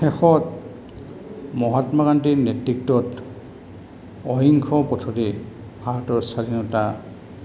শেষত মহাত্মা গান্ধীৰ নেতৃত্বত অহিংস পথেদি ভাৰতৰ স্বাধীনতা